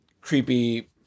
creepy